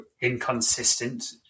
inconsistent